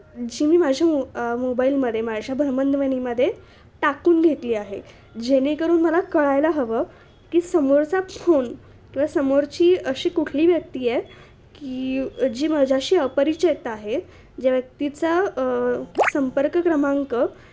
जी मी माझ्या मो मोबाईलमध्ये माझ्या भ्रमणध्वनीमध्ये टाकून घेतली आहे जेणेकरून मला कळायला हवं की समोरचा फोन किंवा समोरची अशी कुठली व्यक्ती आहे की जी माझ्याशी अपरिचीत आहे ज्या व्यक्तीचा संपर्क क्रमांक